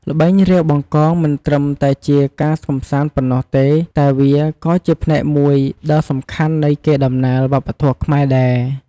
ល្បែង រាវបង្កង មិនត្រឹមតែជាការកម្សាន្តប៉ុណ្ណោះទេ តែវាក៏ជាផ្នែកមួយដ៏សំខាន់នៃកេរដំណែលវប្បធម៌ខ្មែរដែរ។